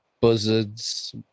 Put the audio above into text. buzzards